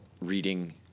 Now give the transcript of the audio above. reading